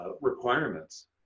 requirements